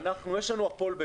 יש לנו בעצם את הכול.